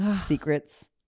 secrets